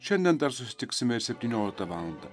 šiandien dar susitiksime spetynioliktą valandą